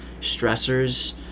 stressors